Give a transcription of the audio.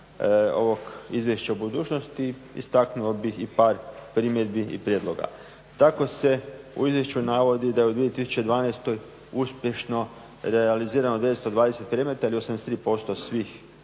ovog izvješća u budućnosti, istaknuo bih i par primjedbi i prijedloga. Tako se u izvješću navodi da je u 2012. uspješno realizirano 920 predmeta i 83% svih